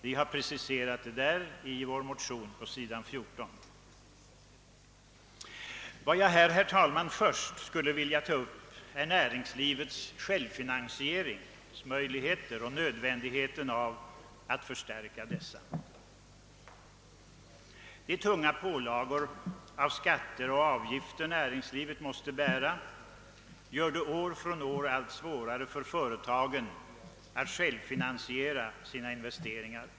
Vi har preciserat detta i vår motion på s. 14. Vad jag här, herr talman, först skulle vilja ta upp är näringslivets självfinansieringsmöjligheter och nödvändigheten av att förstärka dessa. De tunga pålagor av skatter och avgifter näringslivet måste bära gör det år från år allt svårare för företagen att självfinansiera sina investeringar.